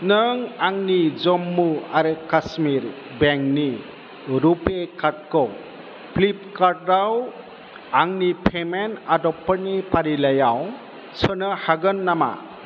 नों आंनि जम्मु आरो कास्मिर बेंकनि रुपे कार्डखौ फ्लिपकार्टआव आंनि पेमेन्ट आदबफोरनि फारिलाइयाव सोनो हागोन नामा